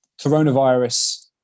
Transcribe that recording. Coronavirus